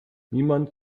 niemand